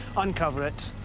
uncover it,